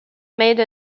made